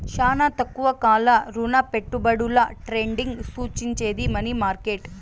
శానా తక్కువ కాల రుణపెట్టుబడుల ట్రేడింగ్ సూచించేది మనీ మార్కెట్